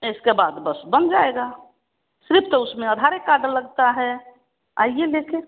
इसके बाद बस बन जाएगा सिर्फ़ तो उसमें अधारे कार्ड लगता है आइए ले कर